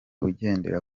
ugendera